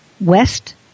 West